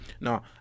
no